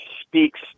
speaks